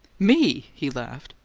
me? he laughed.